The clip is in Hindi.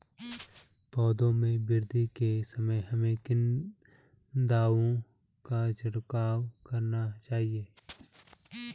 पौधों में वृद्धि के समय हमें किन दावों का छिड़काव करना चाहिए?